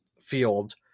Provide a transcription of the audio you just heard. field